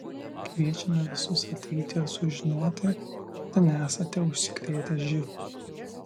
kviečiame visus ateiti ir sužinoti ar nesate užsikrėtę živ